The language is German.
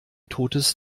totes